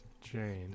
Jane